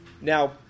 Now